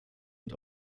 und